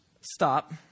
stop